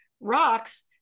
rocks